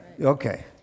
Okay